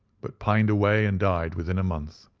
but pined away and died within a month.